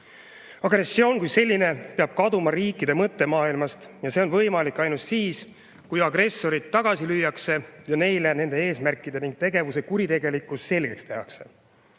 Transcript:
Agressioon kui selline peab kaduma riikide mõttemaailmast ja see on võimalik ainult siis, kui agressorid tagasi lüüakse ning neile nende eesmärkide ja tegevuse kuritegelikkus selgeks tehakse.